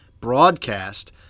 broadcast